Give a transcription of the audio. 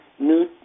new